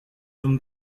than